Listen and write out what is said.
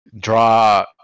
draw